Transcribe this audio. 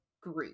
group